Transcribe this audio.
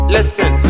Listen